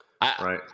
Right